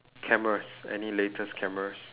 cameras any latest cameras